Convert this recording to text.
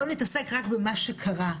בוא נתעסק רק במה שקרה,